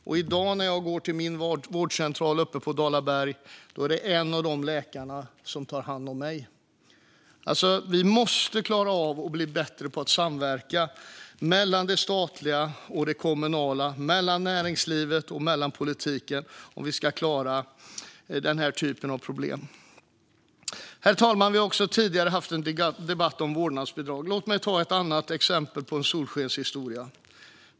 I dag när jag går till min vårdcentral uppe på Dalaberg är det en av de läkarna som tar hand om mig. Vi måste klara av att bli bättre på att samverka mellan det statliga och det kommunala och mellan näringslivet och politiken om vi ska klara den här typen av problem. Herr talman! Vi har tidigare haft en debatt om vårdnadsbidrag. Låt mig ta ett annat exempel på en solskenshistoria.